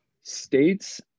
states